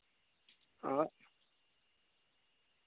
हां